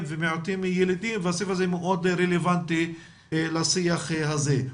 ומיעוטים ילידים והסעיף הזה מאוד רלוונטי לשיח הזה.